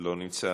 אינו נוכח,